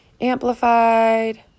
Amplified